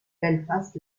belfast